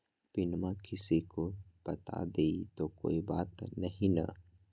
पिनमा किसी को बता देई तो कोइ बात नहि ना?